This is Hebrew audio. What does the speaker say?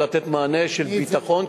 כדי לתת מענה של ביטחון,